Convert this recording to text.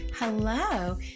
Hello